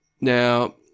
Now